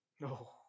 No